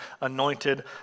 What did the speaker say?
anointed